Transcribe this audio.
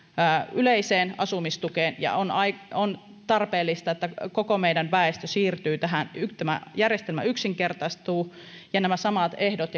yleiseen asumistukeen ja on tarpeellista että koko meidän väestö siirtyy tähän tämä järjestelmä yksinkertaistuu ja nämä samat ehdot